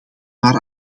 maar